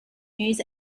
news